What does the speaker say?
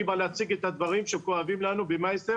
אני בא להציג את הדברים שכואבים לנו במייסר